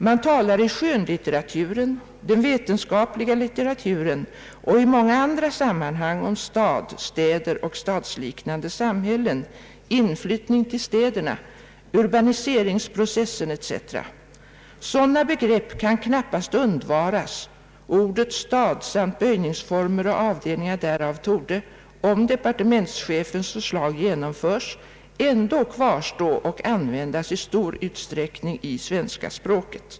Man talar i skönlitteraturen, den vetenskapliga litteraturen och i många andra sammanhang om stad, städer och stadsliknande samhällen, inflyttningen till städerna, urbaniseringsprocessen etc. Sådana begrepp kan knappast undvaras och ordet stad samt böjningsformer och avledningar därav torde, om departementschefens förslag genomföres, ändå kvarstå och användas i stor utsträckning i svenska språket.